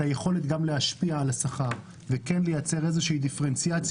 היכולת גם להשפיע על השכר וכן לייצר איזושהי דיפרנציאציה,